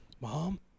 Mom